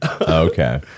Okay